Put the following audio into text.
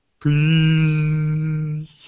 Peace